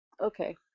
Okay